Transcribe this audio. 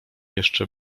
jeszcze